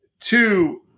Two